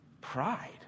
pride